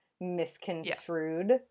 misconstrued